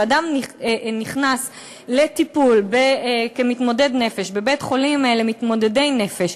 שאדם נכנס לטיפול כמתמודד נפש בבית-חולים למתמודדי נפש,